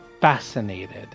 fascinated